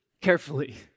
carefully